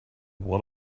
what